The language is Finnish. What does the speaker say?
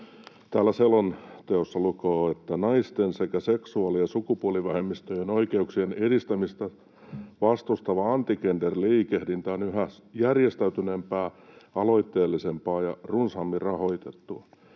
selonteossa lukee, että naisten sekä seksuaali- ja sukupuolivähemmistöjen oikeuksien edistämistä vastustava anti-gender-liikehdintä on yhä järjestäytyneenpää, aloitteellisempaa ja runsaammin rahoitettua.